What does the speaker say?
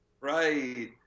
Right